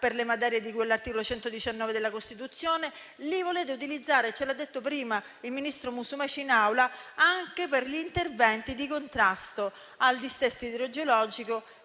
per le materie di cui all'articolo 119 della Costituzione. Li volete utilizzare, come ha detto prima il ministro Musumeci in Aula, anche per gli interventi di contrasto al dissesto idrogeologico